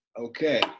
Okay